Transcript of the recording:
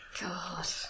God